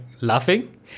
laughing